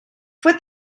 fue